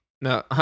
No